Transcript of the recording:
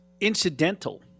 incidental